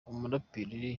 umuraperi